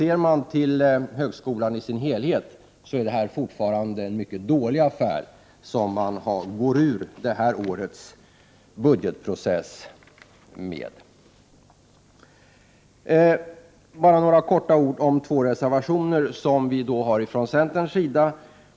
Ser man till högskolan i dess helhet är det fortfarande en mycket dålig affär som man går ur årets budgetprocess med. Bara några få ord om två reservationer från centern.